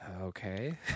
okay